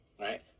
right